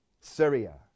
Syria